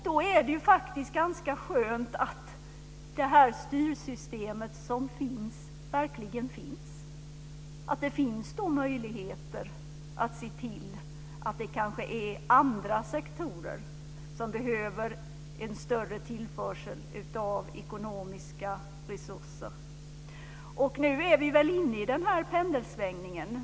Då är det ganska skönt att det styrsystem som finns verkligen finns, och att det finns möjligheter att se till att kanske andra sektorer som behöver det får en större tillförsel av ekonomiska resurser. Nu är vi väl inne i den här pendelsvängningen.